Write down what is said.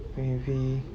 maybe